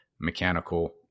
mechanical